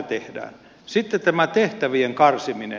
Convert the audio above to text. sitten on tämä tehtävien karsiminen